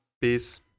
Peace